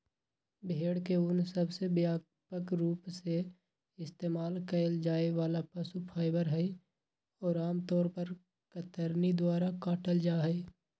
भेड़ के ऊन सबसे व्यापक रूप से इस्तेमाल कइल जाये वाला पशु फाइबर हई, और आमतौर पर कतरनी द्वारा काटल जाहई